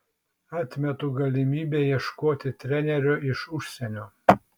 atmetu galimybę ieškoti trenerio iš užsienio